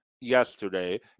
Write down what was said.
yesterday